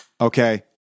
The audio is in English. Okay